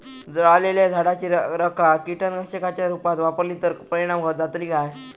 जळालेल्या झाडाची रखा कीटकनाशकांच्या रुपात वापरली तर परिणाम जातली काय?